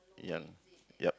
young yup